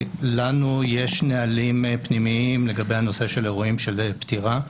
לנו יש נהלים פנימיים לגבי הנושא של אירועים של פטירה.